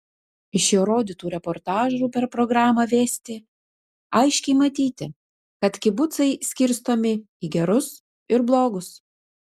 iš jo rodytų reportažų per programą vesti aiškiai matyti kad kibucai skirstomi į gerus ir blogus